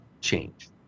change